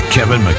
Kevin